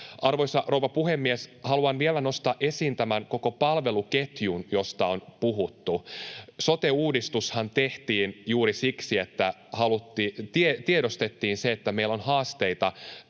Arvoisa rouva puhemies! Haluan vielä nostaa esiin tämän koko palveluketjun, josta on puhuttu. Sote-uudistushan tehtiin juuri siksi, että tiedostettiin, että meillä on haasteita